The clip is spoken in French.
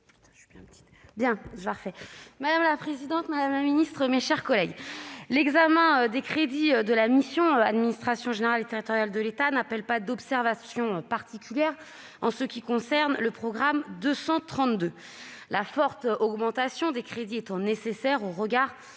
Madame la présidente, madame la ministre, mes chers collègues, l'examen des crédits de la mission « Administration générale et territoriale de l'État » n'appelle pas d'observations particulières en ce qui concerne le programme 232- la forte augmentation des crédits étant nécessaire au regard